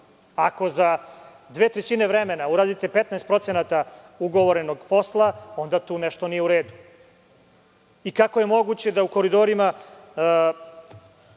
Ako za dve trećine vremena uradite 15% ugovorenog posla, onda tu nešto nije u redu. Kako je moguće da u „Koridorima“,